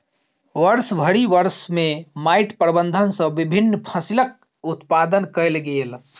वर्षभरि वर्ष में माइट प्रबंधन सॅ विभिन्न फसिलक उत्पादन कयल गेल